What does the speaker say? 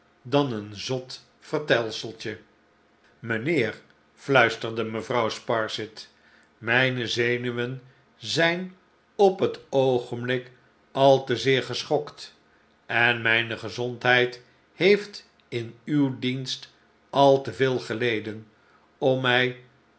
dan een zot vertelseltje mijnheer fluisterde mevrouw sparsit mijne zenuwen zijn op het oogenblik al te zeer geschokt en mijne gezondheid heeft in uw dienst al te veel geleden om mi